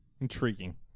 Intriguing